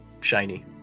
shiny